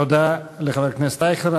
תודה לחבר הכנסת אייכלר.